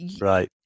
Right